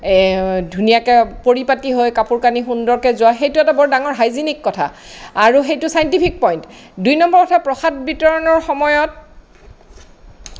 ধুনীয়াকে পৰি পাতি হৈ কাপোৰ কানি সুন্দৰকে যোৱা সেইটো এটা বৰ ডাঙৰ হাইজেনিক কথা আৰু সেইটো চাইন্টিফিক পইন্ট দুই নম্বৰ কথা প্ৰসাদ বিতৰণৰ সময়ত